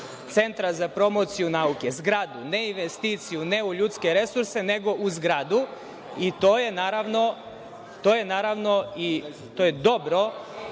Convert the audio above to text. Centra za promociju nauke. Za zgradu, ne investiciju, ne u ljudske resurse, nego u zgradu i to je naravno, i to je dobro